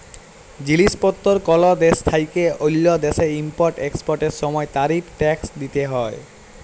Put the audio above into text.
জিলিস পত্তর কল দ্যাশ থ্যাইকে অল্য দ্যাশে ইম্পর্ট এক্সপর্টের সময় তারিফ ট্যাক্স দ্যিতে হ্যয়